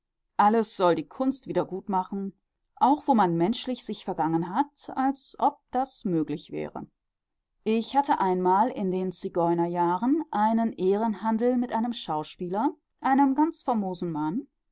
alles soll die kunst wieder gut machen auch wo man menschlich sich vergangen hat als ob das möglich wäre ich hatte einmal in den zigeunerjahren einen ehrenhandel mit einem schauspieler einem ganz famosen mann